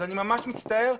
אז אני ממש מצטער,